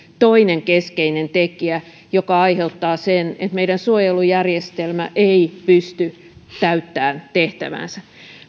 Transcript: yksi keskeinen tekijä joka aiheuttaa sen että meidän suojelujärjestelmämme ei pysty täyttämään tehtäväänsä